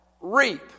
reap